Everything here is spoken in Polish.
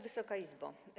Wysoka Izbo!